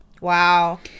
Wow